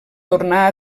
tornar